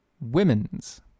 Women's